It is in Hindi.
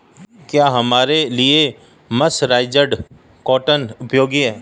क्या हमारे लिए मर्सराइज्ड कॉटन उपयोगी है?